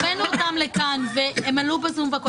הבאנו אותם לכאן והם עלו ב-זום.